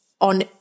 on